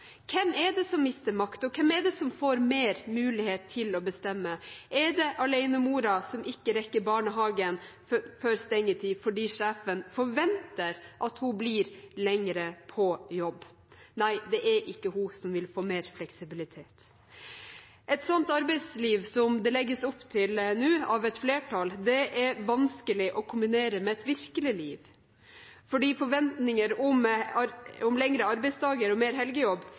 hvem – hvem er det som mister makt, og hvem er det som får mer mulighet til å bestemme? Er det alenemoren som ikke rekker barnehagen før stengetid fordi sjefen forventer at hun blir lenger på jobb? Nei, det er ikke hun som vil få mer fleksibilitet. Et sånt arbeidsliv som et flertall nå legger opp til, er vanskelig å kombinere med et virkelig liv, fordi forventninger om lengre arbeidsdager og mer helgejobb